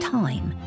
time